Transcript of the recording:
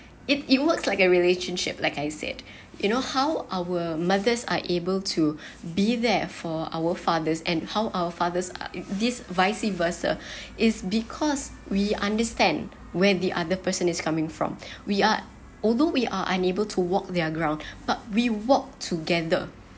it it works like a relationship like I said you know how our mothers are able to be there for our fathers and how our fathers are this vice versa is because we understand where the other person is coming from we are although we are unable to work their ground but we walk together